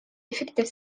effective